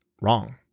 wrong